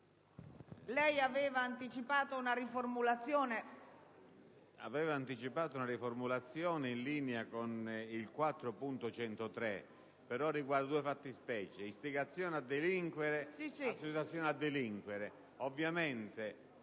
avevo anticipato una riformulazione in linea con l'emendamento 4.103, però essa riguarda due fattispecie: l'istigazione a delinquere e l'associazione a delinquere.